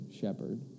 shepherd